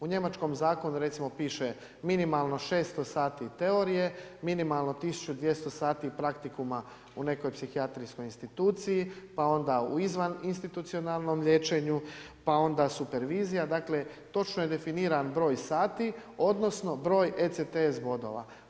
U njemačkom zakonu recimo piše minimalno 600 sati teorije, minimalno 1200 sati praktikuma u nekoj psihijatrijskoj instituciji, pa onda u izvan institucijalnom liječenju, pa onda supervizija, dakle, točno je definiran broj sati, odnosno, broj ECTS bodova.